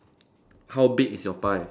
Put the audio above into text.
how big is your pie